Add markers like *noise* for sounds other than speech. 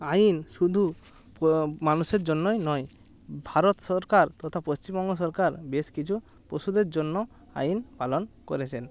আইন শুধু *unintelligible* মানুষের জন্যই নয় ভারত সরকার তথা পশ্চিমবঙ্গ সরকার বেশ কিছু পশুদের জন্য আইন পালন করেছেন